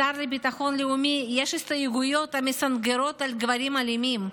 לשר לביטחון לאומי יש הסתייגויות המסנגרות על גברים אלימים,